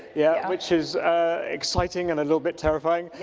yeah, which is exciting and a little bit terrifying.